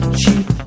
cheap